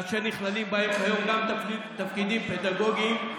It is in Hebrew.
אשר נכללים בה כיום גם תפקידים פדגוגיים,